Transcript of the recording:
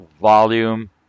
volume